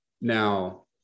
now